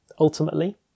Ultimately